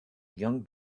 young